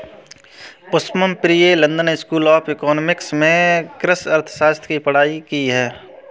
Pushpam Priya London School of Economics से कृषि अर्थशास्त्र की पढ़ाई की है